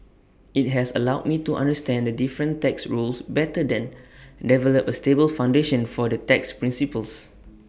IT has allowed me to understand the different tax rules better then develop A stable foundation for the tax principles